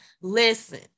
Listen